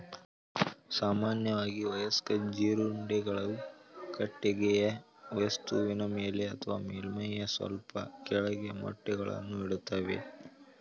ಸಾಮಾನ್ಯವಾಗಿ ವಯಸ್ಕ ಜೀರುಂಡೆಗಳು ಕಟ್ಟಿಗೆಯ ವಸ್ತುವಿನ ಮೇಲೆ ಅಥವಾ ಮೇಲ್ಮೈಯ ಸ್ವಲ್ಪ ಕೆಳಗೆ ಮೊಟ್ಟೆಗಳನ್ನು ಇಡ್ತವೆ